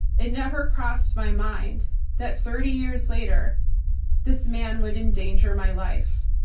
it never crossed my mind that thirty years later this man would endanger my life.